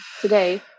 today